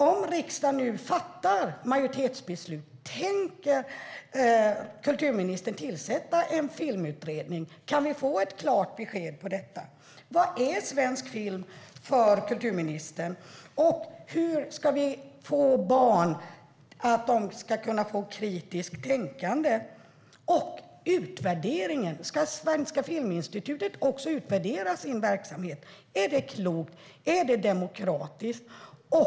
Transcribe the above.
Om riksdagen nu fattar ett majoritetsbeslut, tänker kulturministern tillsätta en filmutredning då? Kan vi få ett klart besked om det? Vad är svensk film för kulturministern? Hur ska barn få ett kritiskt tänkande? Och ska Svenska Filminstitutet utvärdera sin verksamhet - är det klokt och demokratiskt?